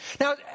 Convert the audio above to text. Now